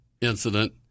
incident